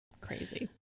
crazy